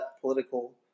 political